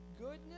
goodness